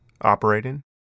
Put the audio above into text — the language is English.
operating